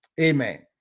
Amen